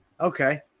Okay